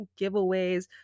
giveaways